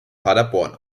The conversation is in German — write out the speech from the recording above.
paderborn